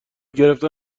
گرفتن